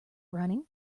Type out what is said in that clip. running